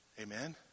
Amen